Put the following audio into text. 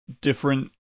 different